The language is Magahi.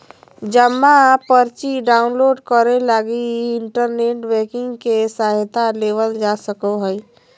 जमा पर्ची डाउनलोड करे लगी इन्टरनेट बैंकिंग के सहायता लेवल जा सको हइ